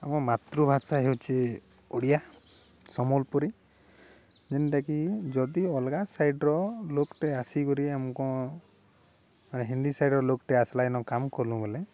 ଆମ ମାତୃଭାଷା ହେଉଛି ଓଡ଼ିଆ ସମ୍ବଲପୁରୀ ଯେନ୍ଟାକି ଯଦି ଅଲଗା ସାଇଡ଼ର ଲୋକଟେ ଆସିିକରି ଆମକୁ ମାନେ ହିନ୍ଦୀ ସାଇଡ଼ର ଲୋକଟେ ଆସିଲା ଏଇନ କାମ କଲୁ ବୋଲେ